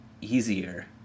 easier